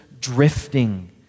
drifting